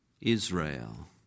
Israel